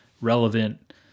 relevant